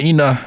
Ina